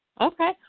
Okay